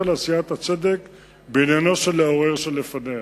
לעשיית הצדק בעניינו של העורר שלפניה.